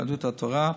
יהדות התורה.